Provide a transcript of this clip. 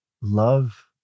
love